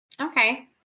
Okay